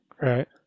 Right